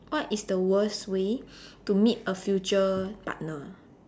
what is the worst way to meet a future partner